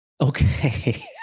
Okay